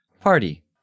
party